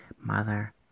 mother